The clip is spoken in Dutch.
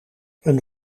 een